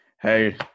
hey